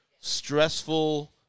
stressful